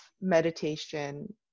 meditation